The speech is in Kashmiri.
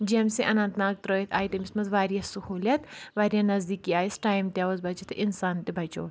جی اؠم سی اَننت ناگ ترٲوِتھ آیہِ تٔمِس منٛز واریاہ سہوٗلِیَت واریاہ نَزدیٖکی آیَس ٹایِم تہِ آوُس بَچؠتھ تہٕ اِنسان تہِ بَچیو